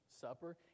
supper